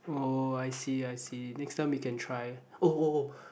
oh I see I see next time we can try oh oh oh